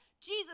Jesus